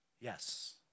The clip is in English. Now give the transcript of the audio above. Yes